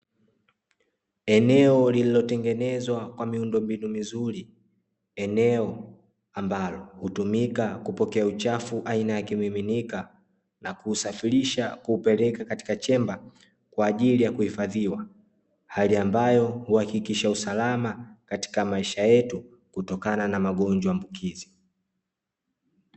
Eneo lililotengenezwa kwa miundo mbinu mizuri, eneo ambalo hutumika kupokea uchafu aina ya kimiminika na kuusafirisha kuupeleka katika chemba kwa ajili ya kuhifadhiwa, hali ambayo huhakikisha usalama katika maisha yetu kutokana na magonjwa ambukizi.